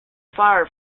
far